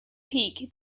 peak